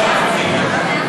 מיכל.